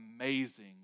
amazing